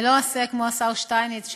אני לא אעשה כמו השר שטייניץ,